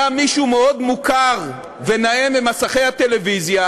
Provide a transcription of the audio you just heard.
היה מישהו מאוד מוכר ונאה ממסכי הטלוויזיה,